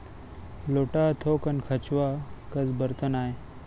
लोटा ह थोकन खंचवा कस बरतन आय